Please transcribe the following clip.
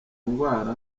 ngwara